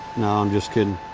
no, i'm just kidding.